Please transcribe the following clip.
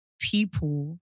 people